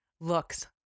looks